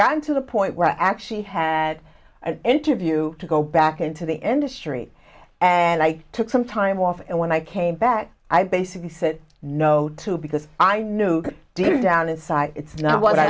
got to the point where i actually had an interview to go back into the industry and i took some time off and when i came back i basically said no to because i knew deep down inside it's not what i